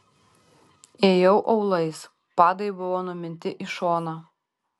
ėjau aulais padai buvo numinti į šoną